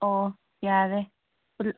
ꯑꯣ ꯌꯥꯔꯦ ꯑꯗꯨ